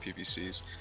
PVCs